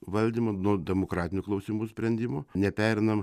valdymo nuo demokratinių klausimų sprendimų nepereinam